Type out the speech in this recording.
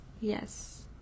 Yes